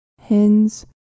Hens